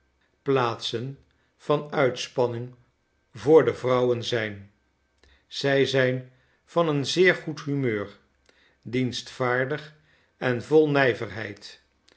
voornaamsteplaatsen van uitspanning voor de vrouwen zijn zij zijn van een zeer goed humeur dienstvaardig en vol nijverheid